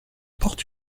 porte